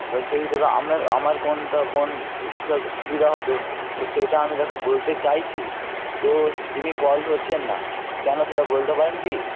বা সেই হিসাবে আমির আমার কোনটা কোন হিসাবটা সুবিদা হবে তো সেইটা আমি তাকে বলতে চাইছি তো তিনি কল ধরছেন না কেন সেটা বলতে পারেন কি